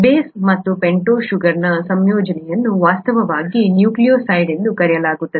base ಮತ್ತು pentose ಶುಗರ್ನ ಸಂಯೋಜನೆಯನ್ನು ವಾಸ್ತವವಾಗಿ ನ್ಯೂಕ್ಲಿಯೊಸೈಡ್ ಎಂದು ಕರೆಯಲಾಗುತ್ತದೆ